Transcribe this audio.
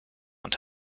und